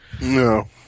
No